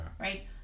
Right